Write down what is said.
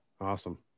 awesome